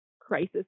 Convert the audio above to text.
crisis